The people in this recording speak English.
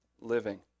living